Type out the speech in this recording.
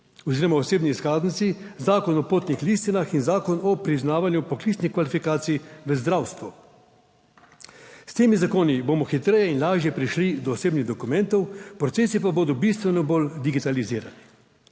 oziroma o osebni izkaznici, Zakon o potnih listinah in Zakon o priznavanju poklicnih kvalifikacij v zdravstvu. S temi zakoni bomo hitreje in lažje prišli do osebnih dokumentov, procesi pa bodo bistveno bolj digitalizirani.